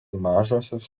mažosios